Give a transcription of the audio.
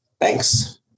Thanks